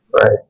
right